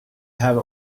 have